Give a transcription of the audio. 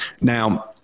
Now